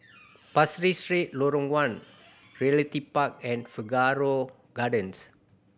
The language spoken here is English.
Pasir Ris Street Lorong One Realty Park and Figaro Gardens